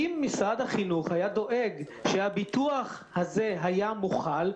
אם משרד החינוך היה דואג שהביטוח הזה היה מוחל,